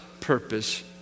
purpose